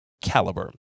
caliber